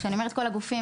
כשאני אומרת כל הגופים,